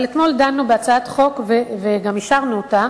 אתמול דנו בהצעת חוק וגם אישרנו אותה,